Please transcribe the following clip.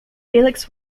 felix